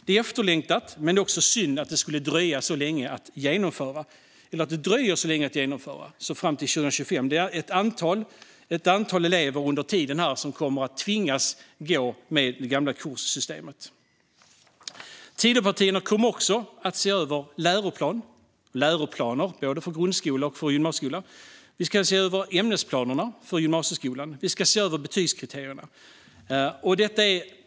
Det är efterlängtat, men det är också synd att det dröjer så länge innan det genomförs, alltså fram till 2025. Det är ett antal elever under tiden som kommer att tvingas att gå med det gamla kurssystemet. Tidöpartierna kommer även att se över läroplaner för både grundskola och gymnasieskola. Vi ska se över ämnesplanerna för gymnasieskolan och betygskriterierna.